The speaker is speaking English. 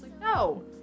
No